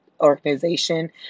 organization